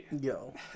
Yo